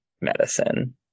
medicine